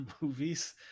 movies